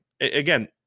Again